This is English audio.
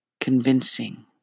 convincing